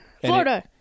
Florida